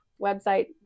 website